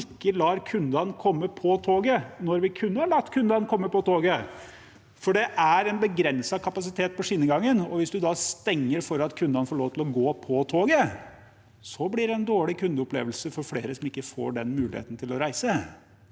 i dag ikke lar kundene komme på toget når vi kunne latt kundene komme på toget, fordi det er begrenset kapasitet på skinnegangen. Hvis man stenger for at kundene får lov til å gå på toget, blir det en dårlig kundeopplevelse for flere, som ikke får muligheten til å reise.